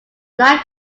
not